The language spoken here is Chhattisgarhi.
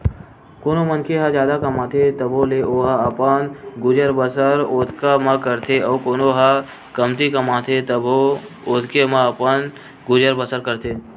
कोनो मनखे ह जादा कमाथे तभो ले ओहा अपन गुजर बसर ओतका म करथे अउ कोनो ह कमती कमाथे तभो ओतके म अपन गुजर बसर करथे